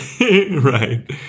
Right